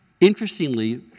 Interestingly